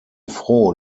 froh